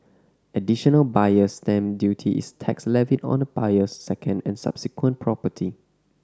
Additional Buyer's Stamp Duty is tax levied on a buyer's second and subsequent property